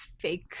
fake